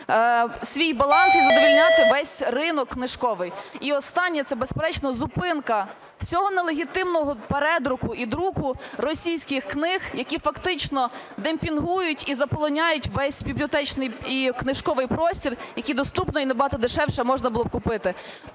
свій баланс і задовольняти весь ринок книжковий. І, останнє. Це, безперечно, зупинка всього нелегітимного передруку і друку російських книг, які фактично демпінгують і заполоняють весь бібліотечний і книжковий простір, який доступний і набагато дешевше можна було б купити.